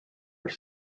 are